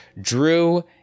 drew